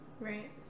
Right